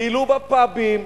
טיילו בפאבים,